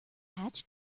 hatch